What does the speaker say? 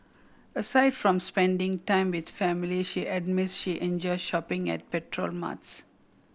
aside from spending time with family she admits she enjoys shopping at petrol marts